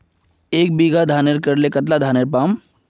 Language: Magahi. एक बीघा धानेर करले कतला धानेर पाम?